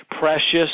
precious